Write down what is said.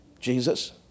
Jesus